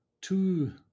two